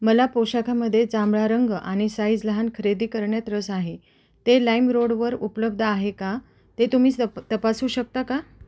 मला पोशाखामध्ये जांभळा रंग आणि साईज लहान खरेदी करण्यात रस आहे ते लाईमरोडवर उपलब्ध आहे का ते तुम्हीच तप तपासू शकता का